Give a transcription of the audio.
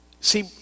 See